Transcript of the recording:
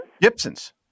Gibson's